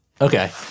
Okay